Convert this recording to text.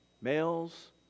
males